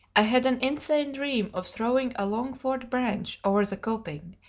i had an insane dream of throwing a long forked branch over the coping,